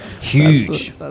huge